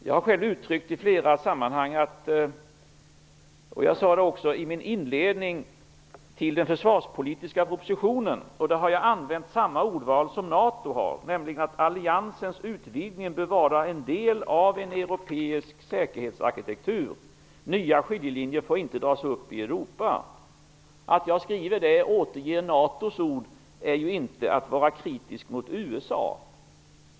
Jag har själv i flera sammanhang uttryckt, och jag sade det också i min inledning till den försvarspolitiska propositionen - jag har där använt samma ordval som det som NATO har - att alliansens utvidgning bör vara en del av en europeisk säkerhetsarkitektur. Nya skiljelinjer får inte dras upp i Europa. Att jag skriver det och återger NATO:s ord är inte att vara kritisk mot USA.